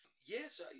Yes